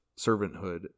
servanthood